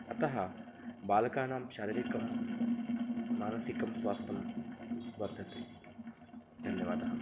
अतः बालकानां शारीरिकं मानसिकं स्वास्थ्यं वर्धते धन्यवादः